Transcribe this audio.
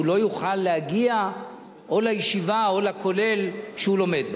שהוא לא יוכל להגיע לישיבה או הכולל שהוא לומד בהם.